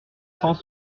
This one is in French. cent